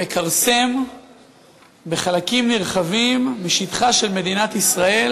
מכרסם בחלקים נרחבים משטחה של מדינת ישראל.